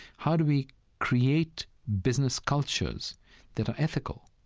how do we create business cultures that are ethical?